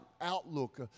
outlook